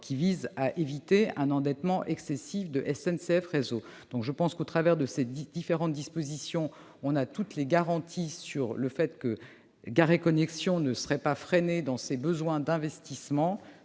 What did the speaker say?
qui vise à éviter un endettement excessif de SNCF Réseau. Avec ces différentes dispositions, vous avez toutes les garanties sur le fait que Gares & Connexions ne sera pas freinée dans ses besoins d'investissement,